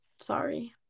Sorry